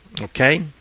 Okay